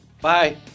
Bye